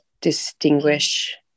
distinguish